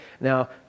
Now